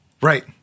Right